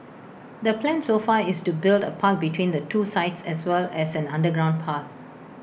the plan so far is to build A park between the two sites as well as an underground path